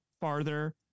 farther